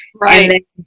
right